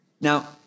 Now